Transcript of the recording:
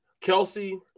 Kelsey